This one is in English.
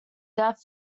death